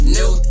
New